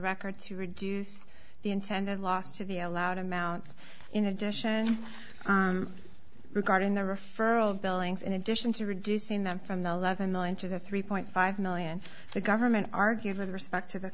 record to reduce the intended loss to the allowed amounts in addition regarding the referral of billings in addition to reducing them from the eleven million to the three point five million the government argued with respect to the